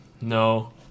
no